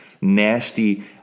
nasty